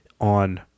on